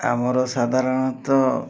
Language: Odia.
ଆମର ସାଧାରଣତଃ